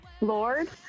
Lord